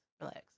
Relax